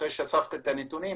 אחרי שאספת את הנתונים,